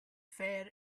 fair